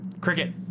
cricket